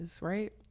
right